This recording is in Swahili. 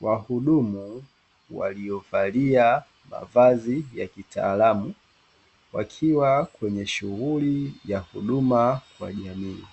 Wahudumu waliyovalia mavazi yakitaalamu, wakiwa kwenye shughuli ya huduma kwa jamii.